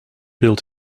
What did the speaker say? built